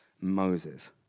Moses